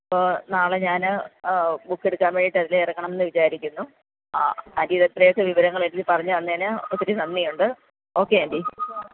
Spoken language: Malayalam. അപ്പോൾ നാളെ ഞാൻ ബുക്ക് എടുക്കാൻ വേണ്ടിയിട്ട് അതിലെ ഇറങ്ങണമെന്നു വിചാരിക്കുന്നു ആ ആന്റി ഇതിത്രയൊക്കെ വിവരങ്ങൾ എനിക്കു പറഞ്ഞു തന്നതിന് ഒത്തിരി നന്ദിയുണ്ട് ഓക്കെ ആന്റി